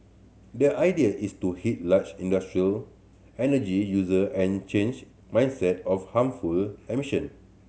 the idea is to hit large industrial energy user and change mindset on harmful emission